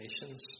nations